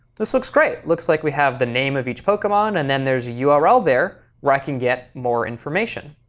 this looks great. looks like we have the name of each pokemon, and then there's a ah url there where i can get more information.